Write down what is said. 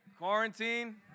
quarantine